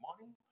money